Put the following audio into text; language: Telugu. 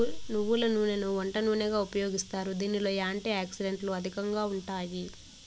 నువ్వుల నూనెని వంట నూనెగా ఉపయోగిస్తారు, దీనిలో యాంటీ ఆక్సిడెంట్లు అధికంగా ఉంటాయి